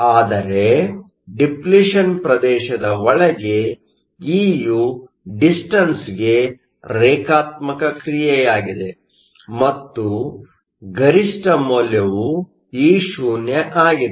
ಆದರೆ ಡಿಪ್ಲಿಷನ್Depletion ಪ್ರದೇಶದ ಒಳಗೆ ಇಯು ಡಿಸ್ಟನ್ಸ್ಗೆ ರೇಖಾತ್ಮಕ ಕ್ರಿಯೆಯಾಗಿದೆ ಮತ್ತು ಗರಿಷ್ಠ ಮೌಲ್ಯವು Eo ಆಗಿದೆ